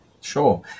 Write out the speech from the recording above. Sure